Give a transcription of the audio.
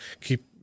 keep